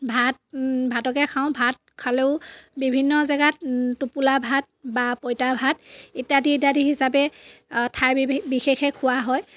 ভাত ভাতকে খাওঁ ভাত খালেও বিভিন্ন জাগাত টোপোলা ভাত বা পইতা ভাত ইত্যাদি ইত্যাদি হিচাপে ঠাই বিশেষে খোৱা হয়